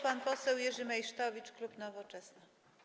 Pan poseł Jerzy Meysztowicz, klub Nowoczesna.